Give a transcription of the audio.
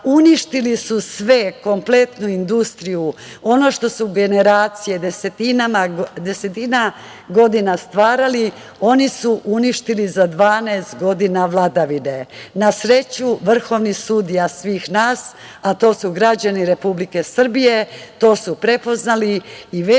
Uništili su sve, kompletnu industriju, ono što su generacije desetinama godina stvarali, oni su uništili za 12 godina vladavine. Na sreću, vrhovni sudija svih nas, a to su građani Republike Srbije, to su prepoznali i već